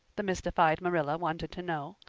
the mystified marilla wanted to know.